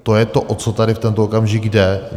To je to, o co tady v tento okamžik jde.